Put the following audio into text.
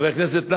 חבר הכנסת שי.